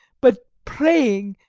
but praying,